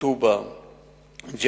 טובא-זנגרייה,